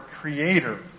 creator